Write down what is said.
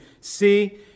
see